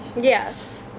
Yes